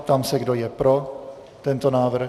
Ptám se, kdo je pro tento návrh.